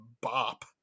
bop